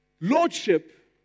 Lordship